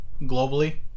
globally